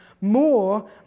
more